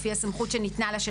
לפי הסמכות שניתנה לה,